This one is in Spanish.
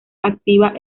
activa